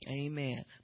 Amen